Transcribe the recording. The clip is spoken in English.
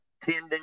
tending